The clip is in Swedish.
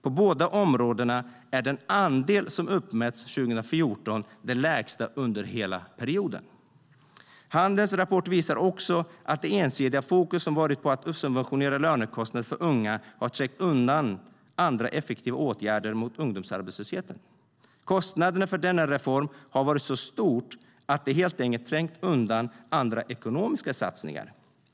På båda områdena är den andel som uppmätts 2014 den lägsta under hela perioden. Handels rapport visar också att det ensidiga fokus som har varit på att subventionera lönekostnader för unga har trängt undan andra, effektivare åtgärder mot ungdomsarbetslösheten. Kostnaderna för denna reform har varit så stora att de helt enkelt har trängt undan andra ekonomiska satsningar.